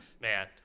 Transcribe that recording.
Man